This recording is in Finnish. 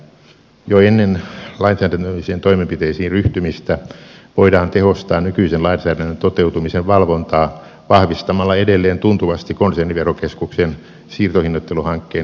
jo ennen lainsäädännöllisiin toimenpiteisiin ryhtymistä voidaan tehostaa nykyisen lainsäädännön toteutumisen valvontaa vahvistamalla edelleen tuntuvasti konserniverokeskuksen siirtohinnoitteluhankkeen henkilöstöresursseja